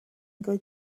going